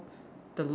the lord